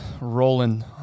rolling